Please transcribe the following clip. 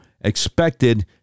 expected